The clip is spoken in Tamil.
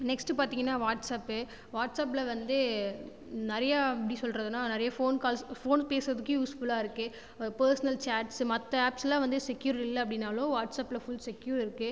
நெக்ஸ்ட்டு பார்த்திங்கனா வாட்ஸப்பு வாட்ஸப்பில வந்து நிறையா எப்படி சொல்லுறதுனா நிறைய ஃபோன் கால்ஸ் ஃபோன் பேசுறதுக்கு யூஸ்ஃபுல்லாக இருக்கு பெர்ஸனல் சேட்ஸ் மற்ற ஆப்ஸில் வந்து ஸெக்யூர் இல்லை அப்படினாலும் வாட்ஸப்பில ஃபுல் செக்யூர் இருக்கு